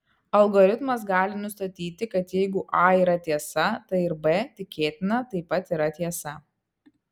algoritmas gali nustatyti kad jeigu a yra tiesa tai ir b tikėtina taip pat yra tiesa